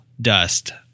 dust